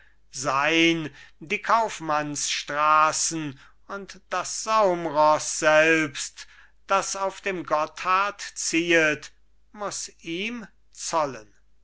sein die kaufmannsstrassen und das saumross selbst das auf dem gotthard ziehet muss ihm zollen